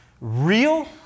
real